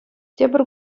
тепӗр